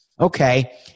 Okay